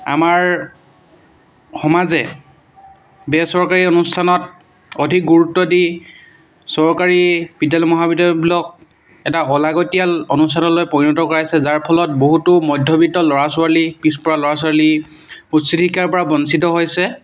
আমাৰ সমাজে বেচৰকাৰী অনুষ্ঠানত অধিক গুৰুত্ব দি চৰকাৰী বিদ্যালয় মহাবিদ্যালয়বিলাক এটা অলাগতীয়াল অনুষ্ঠানলৈ পৰিণত কৰাইছে যাৰ ফলত বহুতো মধ্যবিত্ত ল'ৰা ছোৱালী পিছ পৰা ল'ৰা ছোৱালী উচিত শিক্ষাৰ পৰা বঞ্চিত হৈছে